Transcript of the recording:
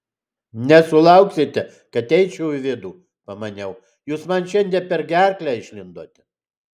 nesulauksite kad eičiau į vidų pamaniau jūs man šiandien per gerklę išlindote